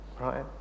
right